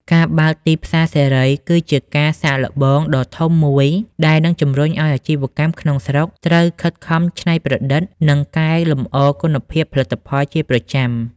ការបើកទីផ្សារសេរី គឺជាការសាកល្បងដ៏ធំមួយដែលនឹងជំរុញឱ្យអាជីវកម្មក្នុងស្រុកត្រូវខិតខំច្នៃប្រឌិត និងកែលម្អគុណភាពផលិតផលជាប្រចាំ។